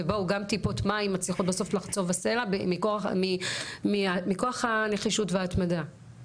וגם טיפות מים מצליחות בסוף לחצוב בסלע מכוח הנחישות וההתמדה.